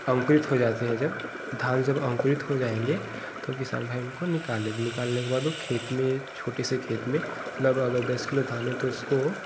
अंकुरित हो जाते हैं जब धान जब अंकुरित हो जाएँगे तो किसान भाई उनको निकाल निकालने के बाद वह खेत में छोटे से खेत में लगभग दस किलो धान है तो उसको